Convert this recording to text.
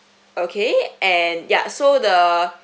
okay and yeah so the